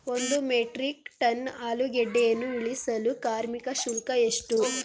ಒಂದು metric ton ಆಲೂಗೆಡ್ಡೆಯನ್ನು ಇಳಿಸಲು ಕಾರ್ಮಿಕ ಶುಲ್ಕ ಎಷ್ಟು?